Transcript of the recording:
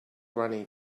granny